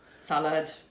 salad